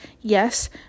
yes